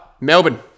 Melbourne